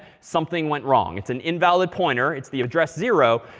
something went wrong. it's an invalid pointer. it's the address zero.